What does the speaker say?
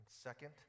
second